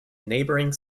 neighboring